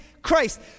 Christ